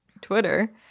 Twitter